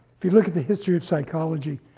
if you look at the history of psychology,